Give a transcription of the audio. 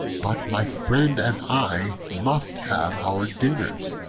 but my friend and i must have our dinners.